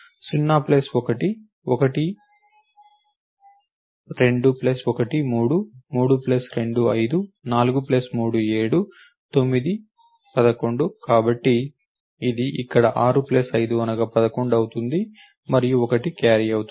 0 plus 1 1 2 plus 1 3 3 plus 2 5 4 plus 3 7 9 11 కాబట్టి ఇది ఇక్కడ 6 ప్లస్ 5 అనగా 11 అవుతుంది మరియు 1 క్యారీ అవుతుంది